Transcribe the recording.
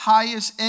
Highest